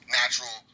natural